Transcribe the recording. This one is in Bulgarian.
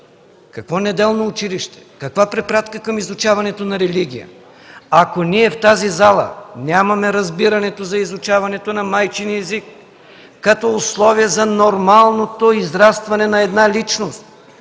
Какво неделно училище? Каква препратка към изучаването на религия? Ако ние в тази зала нямаме разбирането за изучаването на майчиния език като условие за нормалното израстване на една личност,